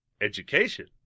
education